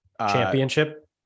Championship